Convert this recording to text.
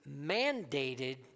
mandated